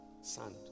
sand